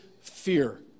fear